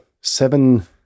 seven